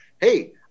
hey